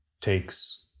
takes